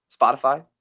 Spotify